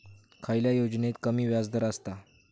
खयल्या योजनेत कमी व्याजदर असता?